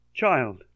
Child